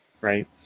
right